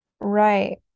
Right